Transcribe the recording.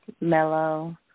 mellow